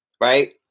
right